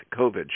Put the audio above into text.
COVID